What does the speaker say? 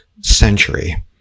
century